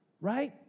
right